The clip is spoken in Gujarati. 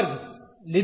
લીધું છે